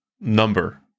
number